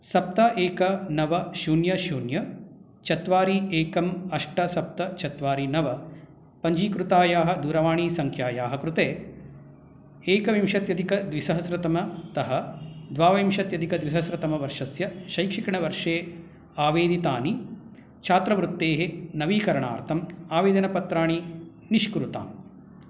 सप्त एक नव शून्य शून्य चत्वारि एकं अष्ट चत्वारि नव पञ्जीकृतायाः दूरवाणीसङ्ख्यायाः कृते एकविंशत्यधिकद्विसहस्रतमतः द्वाविंशत्यधिकद्विहस्रतमवर्षस्य शैक्षकिणवर्षे आवेदितानि छात्रवृत्तेः नवीकरणार्थं आवेदनपत्राणि निष्कुरुताम्